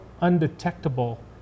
undetectable